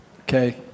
Okay